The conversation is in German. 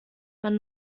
man